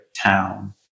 town